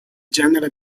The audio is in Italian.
genere